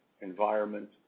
environment